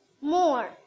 more